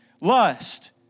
Lust